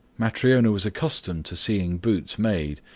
matryona was accustomed to seeing boots made,